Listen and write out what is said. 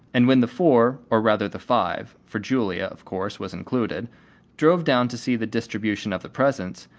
and when the four, or rather the five for julia, of course, was included drove down to see the distribution of the presents,